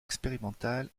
expérimentales